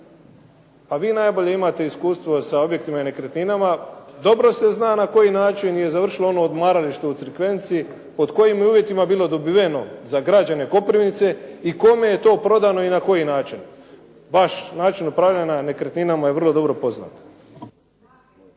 imate najbolje iskustvo sa objektima i nekretninama. Dobro se zna na koji je način završilo ono odmaralište u Crikvenici, pod kojim je uvjetima bilo dobiveno za građane Koprivnice i kome je to prodano i na koji način. Vaš način upravljanja nekretninama je vrlo dobro poznat.